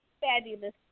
fabulous